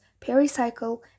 pericycle